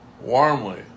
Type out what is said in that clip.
warmly